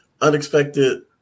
Unexpected